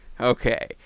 Okay